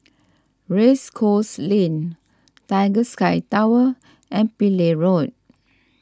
Race Course Lane Tiger Sky Tower and Pillai Road